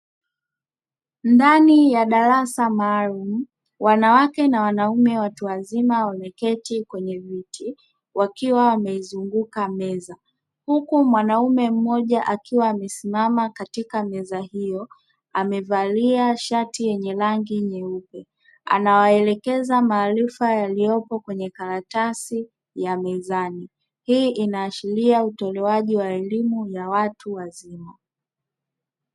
Ndani ya darasa maalumu wanawake na wanaume watu wazima wameketi kwenye viti wakiwa wameizunguka meza, huku mwanaume mmoja akiwa amesimama katika meza hiyo amevalia shati yenye rangi nyeupe, anawaelekeza maarifa yaliyopo kwenye karatasi ya mezani hii inaashiria utolewaji wa elimu ya watu wazima.